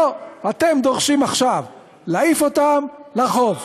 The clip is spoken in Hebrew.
לא, אתם דורשים עכשיו להעיף אותם לרחוב,